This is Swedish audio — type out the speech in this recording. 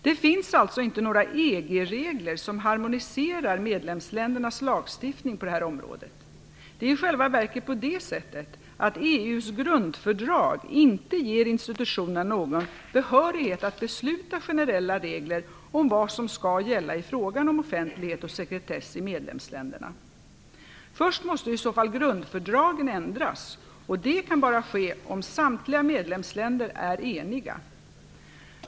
Det finns alltså inte några EG-regler som harmoniserar medlemsländernas lagstiftning på detta område. Det är i själva verket på det sättet, att EU:s grundfördrag inte ger institutionerna någon behörighet att fatta beslut om generella regler om vad som skall gälla i fråga om offentlighet och sekretess i medlemsländerna. Först måste i så fall grundfördragen ändras, och det kan bara ske om samtliga medlemsländer är eniga.